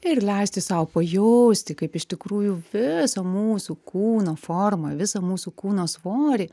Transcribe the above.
ir leisti sau pajausti kaip iš tikrųjų visą mūsų kūno formą visą mūsų kūno svorį